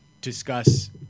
discuss